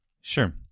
Sure